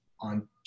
on